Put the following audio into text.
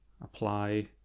apply